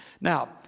Now